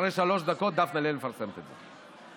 אחרי שלוש דקות דפנה ליאל מפרסמת את זה.